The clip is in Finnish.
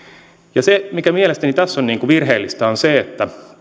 käyttöön se mikä mielestäni tässä on virheellistä on se